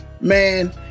man